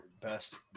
best